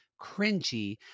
cringy